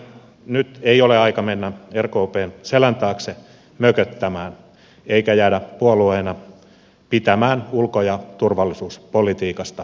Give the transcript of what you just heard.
nyt ei ole aika mennä rkpn selän taakse mököttämään eikä jäädä puolueena pitämään ulko ja turvallisuuspolitiikasta pekkaspäiviä